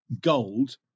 gold